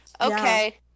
Okay